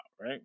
right